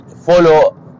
follow